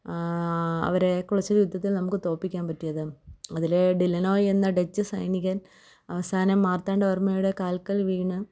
അവരെ കുളച്ചിൽ യുദ്ധത്തിൽ നമുക്ക് തോൽപ്പിക്കാൻ പറ്റിയത് അതിലെ ഡി ലനോയ് എന്ന ഡച്ച് സൈനികൻ അവസാനം മാർത്താണ്ഡവർമ്മയുടെ കാൽക്കൽ വീണ്